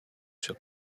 sur